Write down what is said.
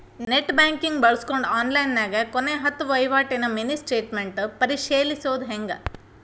net banking ಬಳ್ಸ್ಕೊಂಡ್ ಆನ್ಲೈನ್ಯಾಗ ಕೊನೆ ಹತ್ತ ವಹಿವಾಟಿನ ಮಿನಿ ಸ್ಟೇಟ್ಮೆಂಟ್ ಪರಿಶೇಲಿಸೊದ್ ಹೆಂಗ